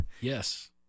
yes